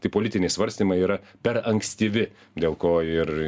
tai politiniai svarstymai yra per ankstyvi dėl ko ir